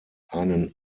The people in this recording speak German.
einen